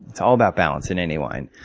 it's all about balance in any wine.